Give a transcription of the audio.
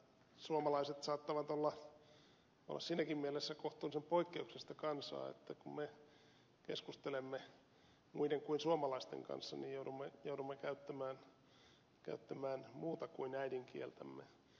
suomalaiset saattavat olla siinäkin mielessä kohtuullisen poikkeuksellista kansaa että kun me keskustelemme muiden kuin suomalaisten kanssa niin joudumme käyttämään muuta kuin äidinkieltämme